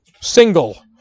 single